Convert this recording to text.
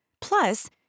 Plus